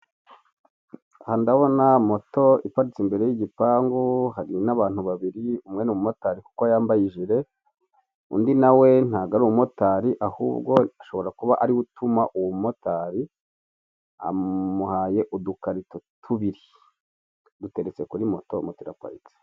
Aha ndabona moto iparitse imbere y'igipangu, hari n'abantu babiri umwe ni umumotari kuko ijire undi nawe ntabwo ari umumotari ahubwo ashobora kuba ariwe utuma uwo mumotari amuhaye udukarito tubiri duteretse kuri moto, moto iraparitse.